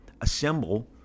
assemble